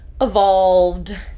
evolved